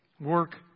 Work